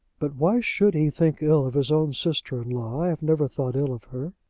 but why should he think ill of his own sister-in-law? i have never thought ill of her.